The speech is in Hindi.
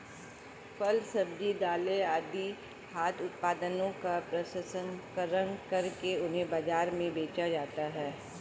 फल, सब्जी, दालें आदि खाद्य उत्पादनों का प्रसंस्करण करके उन्हें बाजार में बेचा जाता है